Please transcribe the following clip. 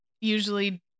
usually